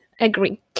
agree